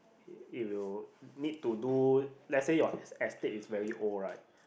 it it will need to do let's say your es~ estate is very old right